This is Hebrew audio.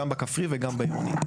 גם בכפרי וגם בעירוני.